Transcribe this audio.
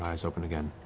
um eyes open again.